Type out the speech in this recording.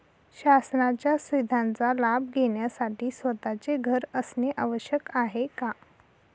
शासनाच्या सुविधांचा लाभ घेण्यासाठी स्वतःचे घर असणे आवश्यक आहे का?